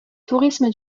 tourisme